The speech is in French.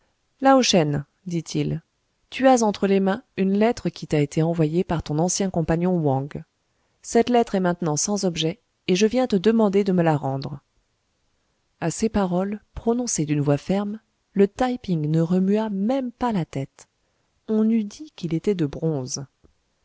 lao shen dit-il tu as entre les mains une lettre qui t'a été envoyée par ton ancien compagnon wang cette lettre est maintenant sans objet et je viens te demander de me la rendre a ces paroles prononcées d'une voix ferme le taï ping ne remua même pas la tête on eût dit qu'il était de bronze